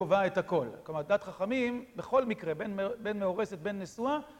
קובע את הכל. כלומר, דת חכמים, בכל מקרה, בין מאורסת בין נשואה